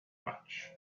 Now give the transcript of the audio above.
much